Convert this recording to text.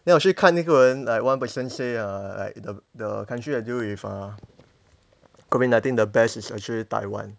then 我去看一个人 like one person say uh like the the country that deal with uh COVID nineteen the best is actually taiwan